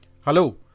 Hello